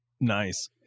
nice